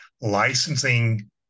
licensing